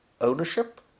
ownership